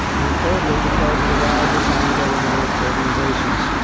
and thirdly, because of the rise of non-governmental organizations.